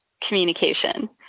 communication